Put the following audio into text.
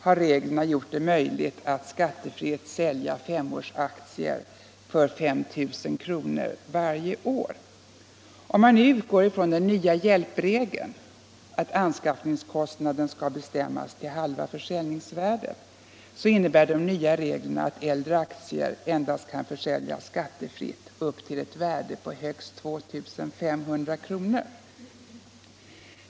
har reglerna gjort det möjligt att skattefritt sälja ”femårsaktier” för 5 000 kr. varje år. Utgår man från den nya hjälpregeln — att anskaffningskostnaden skall bestämmas till halva försäljningsvärdet — innebär de nya reglerna att äldre aktier endast kan försäljas skattefritt upp till ett värde av högst 2 500 kr. per år.